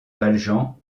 valjean